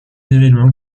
événements